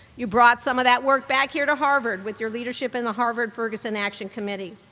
you brought some of that work back here to harvard with your leadership in the harvard ferguson action committee.